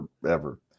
forever